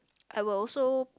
I will also